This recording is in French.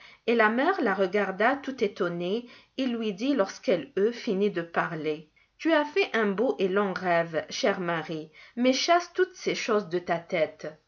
et la mère la regarda tout étonnée et lui dit lorsqu'elle eut fini de parler tu as fait un beau et long rêve chère marie mais chasse toutes ces choses de ta tête